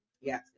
yes